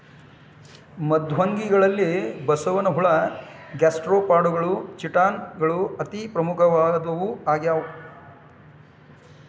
ಮೃದ್ವಂಗಿಗಳಲ್ಲಿ ಬಸವನಹುಳ ಗ್ಯಾಸ್ಟ್ರೋಪಾಡಗಳು ಚಿಟಾನ್ ಗಳು ಅತಿ ಪ್ರಮುಖವಾದವು ಆಗ್ಯಾವ